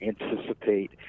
anticipate